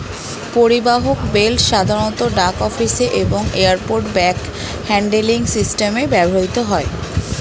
পরিবাহক বেল্ট সাধারণত ডাক অফিসে এবং এয়ারপোর্ট ব্যাগ হ্যান্ডলিং সিস্টেমে ব্যবহৃত হয়